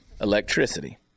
Electricity